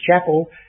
chapel